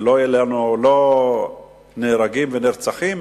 ולא יהיו נהרגים ונרצחים,